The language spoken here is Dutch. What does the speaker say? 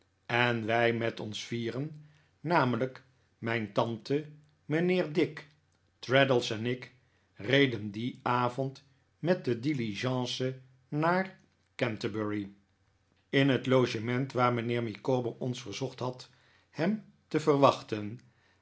en wij met ons vieren namelijk mijn tante mijnheer dick traddles en ik reden dien avond met de diligence naar canterbury in het logement waar mijnheer micawber ons verzocht had hem te verwachten